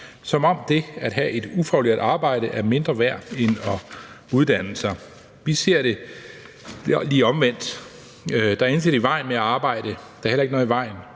som om det at have et ufaglært arbejde er mindre værd end at uddanne sig. Vi ser det lige omvendt: Der er intet i vejen med at arbejde, der er heller ikke noget i vejen